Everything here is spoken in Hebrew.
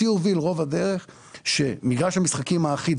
אותי הוביל רוב הדרך שמגרש המשחקים האחיד,